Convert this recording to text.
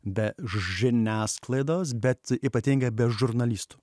be žiniasklaidos bet ypatingai be žurnalistų